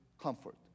comfort